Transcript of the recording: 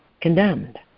condemned